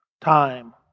Time